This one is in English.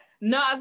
No